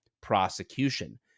prosecution